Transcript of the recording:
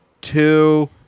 two